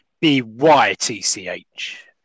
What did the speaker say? B-Y-T-C-H